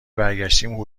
برگشتیم